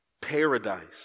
paradise